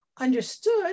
understood